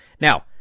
Now